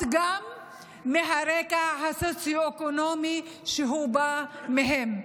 גם מהרקע הסוציו-אקונומי שהוא בא ממנו,